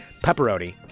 pepperoni